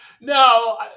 No